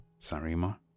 Sarima